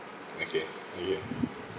okay are you